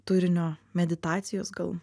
turinio meditacijos gal